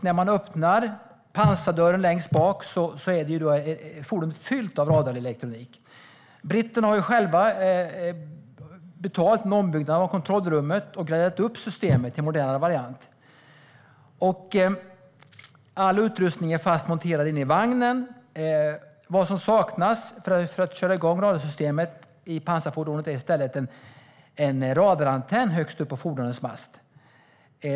När man öppnar pansardörren längst bak ser man att fordonet är fyllt av radarelektronik. Britterna har själva betalat en ombyggnad av kontrollrummet och graderat upp systemet till en modernare variant. All utrustning är fast monterad inne i vagnen. Vad som saknas för att köra igång radarsystemet i pansarfordonet är en radarantenn högst upp på fordonets mast.